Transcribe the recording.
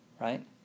Right